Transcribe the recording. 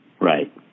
Right